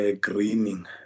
greening